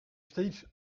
steeds